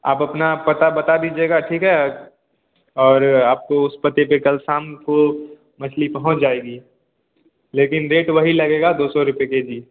आप अपना पता बता दीजिएगा ठीक है और आपको उस पते पर कल शाम को मछली पहुँच जाएगी लेकिन रेट वही लगेगा दो सौ रुपये के जी